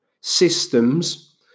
systems